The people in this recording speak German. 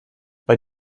weil